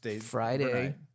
Friday